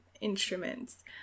instruments